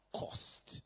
cost